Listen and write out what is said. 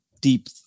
deep